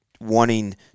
wanting